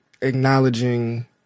acknowledging